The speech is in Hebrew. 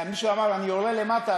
ומישהו אמר: אני יורה למטה,